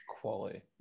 quality